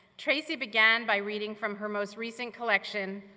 tracy began by reading from her most recent collection,